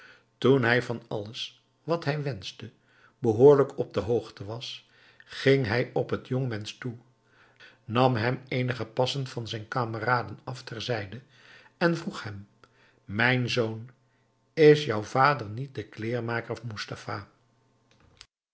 toen hij van alles wat hij wenschte behoorlijk op de hoogte was ging hij op het jongemensch toe nam hem eenige passen van zijn kameraden af terzijde en vroeg hem mijn zoon is jouw vader niet de kleermaker moestafa